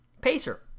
Pacer